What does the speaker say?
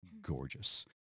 gorgeous